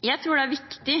Jeg tror det er viktig